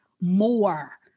more